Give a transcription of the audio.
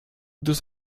deux